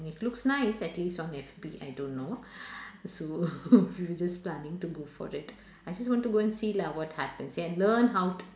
it looks nice at least on F_B I don't know so we were just planning to go for it I just want to go and see lah what happens and learn how to